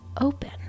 open